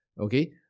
Okay